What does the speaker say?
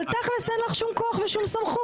אבל תכלס אין לך שום כוח ושום סמכות.